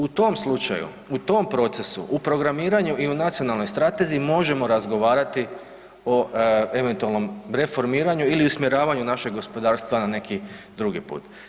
U tom slučaju, u tom procesu, u programiranju i u nacionalnoj strateziji možemo razgovarati o eventualnom reformiranju ili usmjeravanju našeg gospodarstva na neki drugi put.